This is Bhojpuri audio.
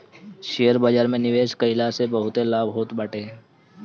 शेयर बाजार में निवेश कईला से बहुते लाभ होत बाटे